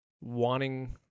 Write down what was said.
wanting